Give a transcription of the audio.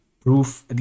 proof